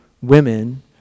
women